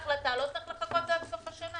צריך לחכות עד סוף השנה.